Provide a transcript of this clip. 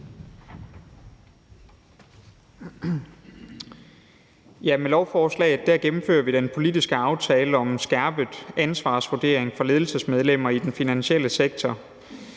Med lovforslaget gennemfører vi den politiske aftale om skærpet ansvarsvurdering for ledelsesmedlemmer i den finansielle sektor.